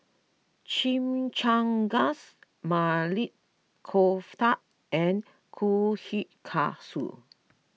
Chimichangas Maili Kofta and Kushikatsu